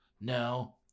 No